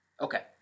okay